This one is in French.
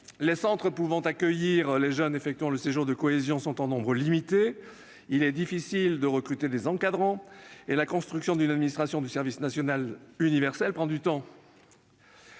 Les centres pouvant accueillir les jeunes effectuant le séjour de cohésion sont en nombre limité, il est difficile de recruter des encadrants et la construction d'une administration du service national universel prend du temps.